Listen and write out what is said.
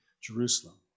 Jerusalem